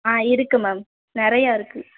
ஆ இருக்குது மேம் நிறையா இருக்குது